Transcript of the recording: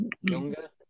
younger